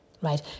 Right